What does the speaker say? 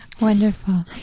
Wonderful